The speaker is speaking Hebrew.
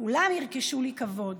כולם לי ירחשו כבוד,